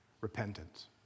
repentance